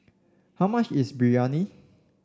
how much is Biryani